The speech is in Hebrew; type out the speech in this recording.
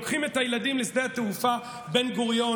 לוקחים את הילדים לשדה התעופה בן-גוריון,